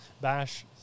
bash